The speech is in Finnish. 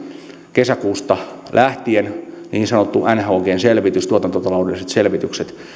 kesäkuusta lähtien niin sanottu nhg selvitys tuotantotaloudelliset selvitykset